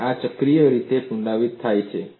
અને આ ચક્રીય રીતે પુનરાવર્તિત થાય છે